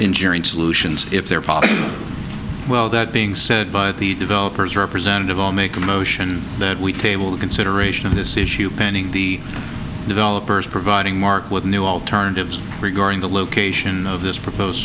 engineering solutions if there are probably well that being said but the developers representative all make a motion that we table the consideration of this issue pending the developers providing mark with a new alternatives regarding the location of this proposed